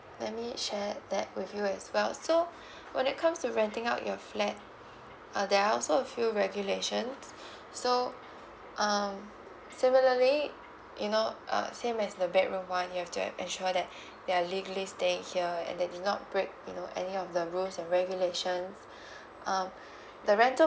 let me share that with you as well so when it comes to renting out your flat uh there are also a few regulations so um similarly you know uh same as the bedroom [one] you have to ensure that they're legally staying here and they do not break you know any of the rules and regulations um the rental